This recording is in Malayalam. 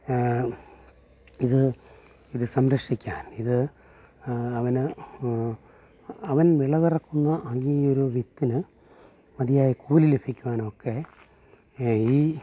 ഇത് ഇത് സംരക്ഷിക്കാൻ ഇത് അവന് അവൻ വിളവിറക്കുന്ന ആ ഈ ഒരു വിത്തിന് മതിയായ കൂലി ലഭിക്കുവാനൊക്കെ ഈ